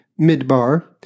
midbar